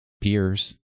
peers